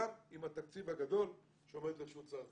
גם עם התקציב הגדול שעומד לרשות שר החינוך.